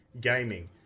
Gaming